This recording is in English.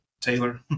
Taylor